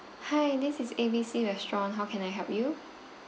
hi this is A B C restaurant how can I help you